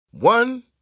One